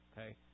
okay